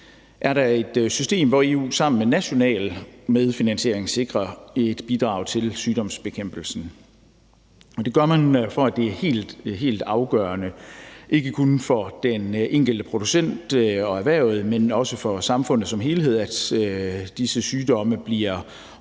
er der et system, hvor EU med national medfinansiering sikrer et bidrag til sygdomsbekæmpelsen. Det gør man, fordi det er helt, helt afgørende – ikke kun for den enkelte producent og erhvervet, men også for samfundet som helhed – at disse sygdomme bliver opdaget